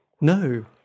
No